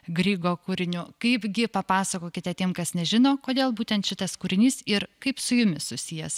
grygo kūriniu kaipgi papasakokite tiem kas nežino kodėl būtent šitas kūrinys ir kaip su jumis susijęs